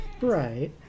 right